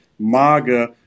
MAGA